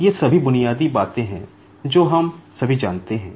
ये सभी बुनियादी बातें हैं जो हम सभी जानते हैं